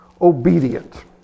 obedient